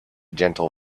gentle